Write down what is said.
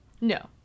no